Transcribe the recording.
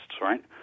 right